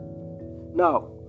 Now